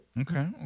Okay